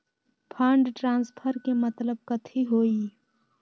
Fund transfer के मतलब कथी होई?